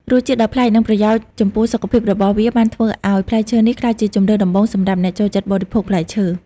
រសជាតិដ៏ប្លែក និងប្រយោជន៍ចំពោះសុខភាពរបស់វាបានធ្វើឲ្យផ្លែឈើនេះក្លាយជាជម្រើសដំបូងសម្រាប់អ្នកចូលចិត្តបរិភោគផ្លែឈើ។